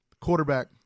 quarterback